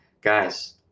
Guys